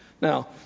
Now